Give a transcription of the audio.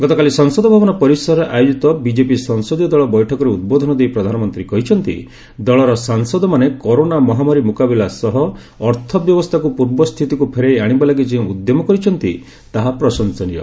ଗତକାଲି ସଂସଦ ଭବନ ପରିସରରେ ଆୟୋଜିତ ବିଜେପି ସଂସଦୀୟ ଦଳ ବୈଠକରେ ଉଦ୍ବୋଧନ ଦେଇ ପ୍ରଧାନମନ୍ତ୍ରୀ କହିଛନ୍ତି ଦଳର ସାଂସଦମାନେ କରୋନା ମହାମାରୀ ମୁକାବିଲା ସହ ଅର୍ଥ ବ୍ୟବସ୍ଥାକୁ ପୂର୍ବ ସ୍ଥିତିକୁ ଫେରାଇ ଆଶିବା ଲାଗି ଯେଉଁ ଉଦ୍ୟମ କରିଛନ୍ତି ତାହା ପ୍ରଶଂସନୀୟ